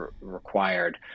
required